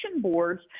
boards